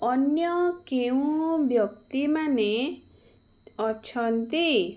ଅନ୍ୟ କେଉଁ ବ୍ୟକ୍ତିମାନେ ଅଛନ୍ତି